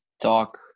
talk